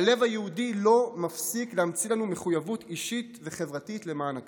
הלב היהודי לא מפסיק להמציא לנו מחויבות אישית וחברתית למען הכלל.